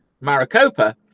Maricopa